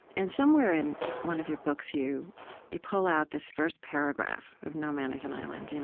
and somewhere in one of your books, you you pull out this first paragraph of no man is an island. you know